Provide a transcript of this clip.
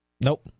Nope